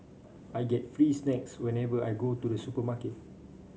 I get free snacks whenever I go to the supermarket